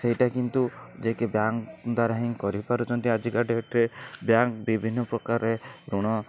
ସେଇଟା କିନ୍ତୁ ଯେ କି ବ୍ୟାଙ୍କ ଦ୍ୱାରା ହିଁ କରିପାରୁଛନ୍ତି ଆଜିକା ଡେଟରେ ବ୍ୟାଙ୍କ ବିଭିନ୍ନ ପ୍ରକାରେ ଋଣ